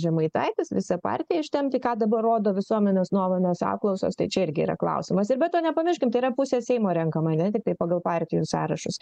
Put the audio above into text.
žemaitaitis visą partiją ištempti ką dabar rodo visuomenės nuomonės apklausos tai čia irgi yra klausimas ir be to nepamirškim tai yra pusė seimo renkama ne tiktai pagal partijų sąrašus